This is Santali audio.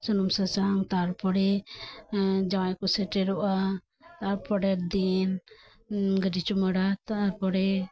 ᱥᱩᱱᱩᱢ ᱥᱟᱥᱟᱝ ᱛᱟᱨ ᱯᱚᱨᱮ ᱡᱟᱣᱟᱭ ᱠᱚ ᱥᱮᱴᱮᱨᱚᱜᱼᱟ ᱛᱟ ᱯᱚᱨᱮ ᱫᱤᱱ ᱜᱟᱰᱤ ᱪᱩᱢᱟᱹᱲᱟ ᱛᱟ ᱯᱚᱨᱮ